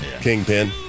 kingpin